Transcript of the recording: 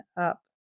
up